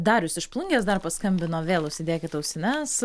darius iš plungės dar paskambino vėl užsidėkit ausines